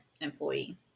employee